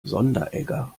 sonderegger